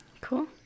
Cool